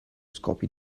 scopi